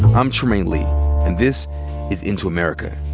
i'm trymaine lee, and this is into america.